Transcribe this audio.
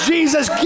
Jesus